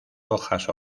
hojas